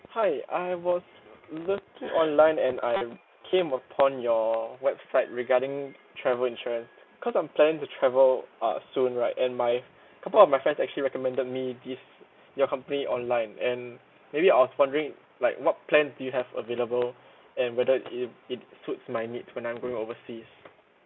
hi I was looking online and I came upon your website regarding travel insurance because I'm planning to travel uh soon right and my couple of my friends actually recommended me this your company online and maybe I was wondering like what plans do you have available and whether it it suits my needs when I'm going overseas